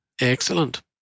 Excellent